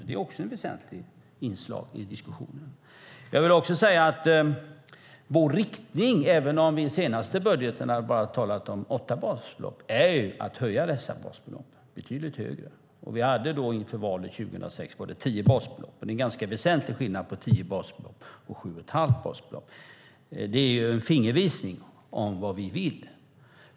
Det är också ett väsentligt inslag i diskussionen. Även om vi i samband med den senaste budgeten bara talade om åtta basbelopp är vår inriktning en höjning. Vi föreslog inför valet 2006 tio basbelopp. Det är en väsentlig skillnad på tio basbelopp och sju och ett halvt basbelopp. Det ger en fingervisning om vad vi vill.